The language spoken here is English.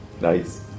Nice